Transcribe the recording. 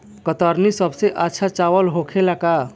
कतरनी सबसे अच्छा चावल होला का?